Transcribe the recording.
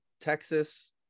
Texas